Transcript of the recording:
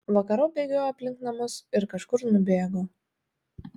vakarop bėgiojo aplink namus ir kažkur nubėgo